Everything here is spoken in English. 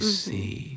see